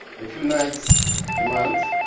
a few nights a month